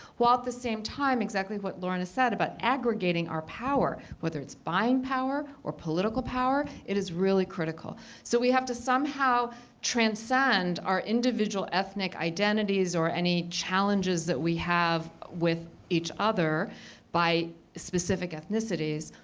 while at the same time exactly what lorna said about aggregating our power. whether it's buying power or political power, it is really critical. so we have to somehow transcend our individual ethnic identities or any challenges that we have with each other by specific ethnicities,